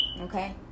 okay